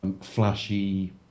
flashy